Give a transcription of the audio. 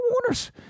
Warner's